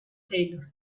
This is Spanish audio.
taylor